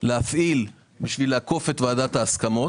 להפעיל בשביל לעקוף את ועדת ההסכמות.